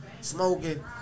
Smoking